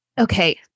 Okay